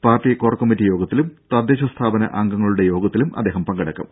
party core committee യോഗത്തിലും തദ്ദേശ സ്ഥാപന അംഗങ്ങളുടെ യോഗത്തിലും അദ്ദേഹം പങ്കെടുക്കും